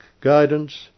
guidance